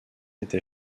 était